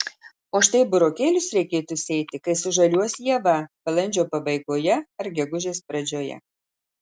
o štai burokėlius reikėtų sėti kai sužaliuos ieva balandžio pabaigoje ar gegužės pradžioje